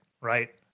Right